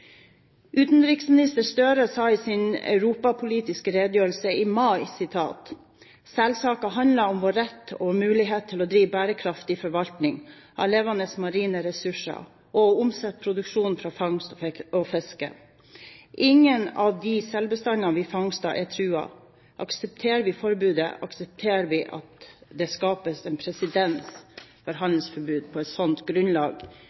Utenriksminister Gahr Støre sa i sin europapolitiske redegjørelse i mai: «Selsaken handler om vår rett og våre muligheter til å drive bærekraftig forvaltning av levende marine ressurser og til å omsette produktene fra fangst og fiske. Ingen av de selbestandene vi fangster, er truet. Aksepterer vi forbudet, aksepterer vi at det skapes en presedens for handelsforbud på et slikt grunnlag